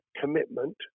commitment